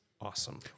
awesome